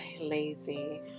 Lazy